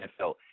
NFL